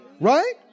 Right